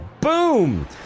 boom